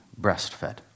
breastfed